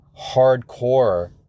hardcore